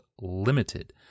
limited